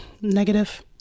negative